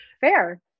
fair